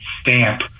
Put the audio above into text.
stamp